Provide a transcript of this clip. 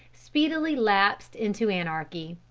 speedily lapsed into anarchy.